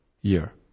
year